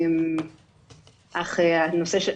אך הנושא של,